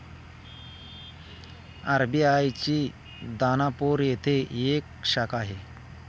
RBI ची दानापूर येथे एक शाखा आहे